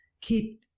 keep